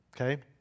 okay